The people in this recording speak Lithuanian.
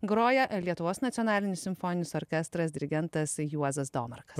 groja lietuvos nacionalinis simfoninis orkestras dirigentas juozas domarkas